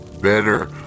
better